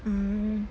hmm